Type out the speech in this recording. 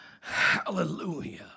Hallelujah